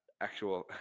actual